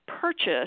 purchase